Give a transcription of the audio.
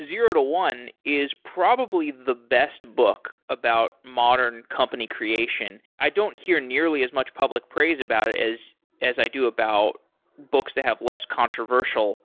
zero to one, is probably the best book about modern company creation. i don't hear nearly as much public praise about it as as i do about books that have less controversial